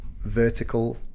vertical